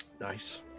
Nice